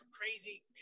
crazy